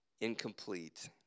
incomplete